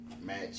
match